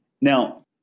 Now